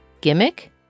Gimmick